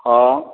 ହଁ